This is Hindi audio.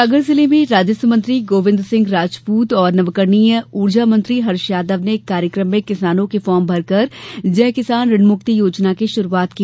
सागर जिले में प्रदेश राजस्व मंत्री गोविंद राजपूत और नवकरणीय ऊर्जा मंत्री हर्ष यादव ने एक कार्यक्रम में किसानों के फार्म भरकर जय किसान ऋण मुक्ति योजना की शुरूआत की